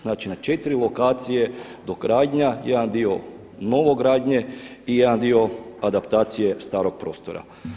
Znači, na četiri lokacije dogradnja, jedan dio novogradnje i jedan dio adaptacije starog prostora.